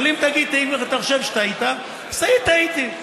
אבל אם אתה חושב שטעית אז תגיד "טעיתי".